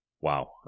wow